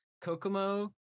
Kokomo